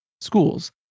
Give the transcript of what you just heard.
schools